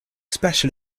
special